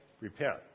repent